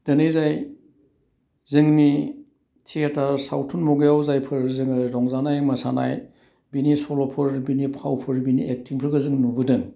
दिनै जाय जोंनि थियेटार सावथुन मुगायाव जायफोर जोङो रंजानाय मोसानाय बिनि सल'फोर बिनि फावफोर बिनि एक्थिंफोरखौ नुबोदों